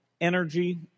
energy